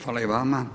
Hvala i vama.